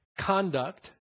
conduct